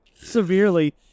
severely